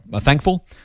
thankful